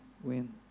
win